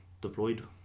deployed